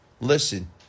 Listen